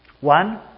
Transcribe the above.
One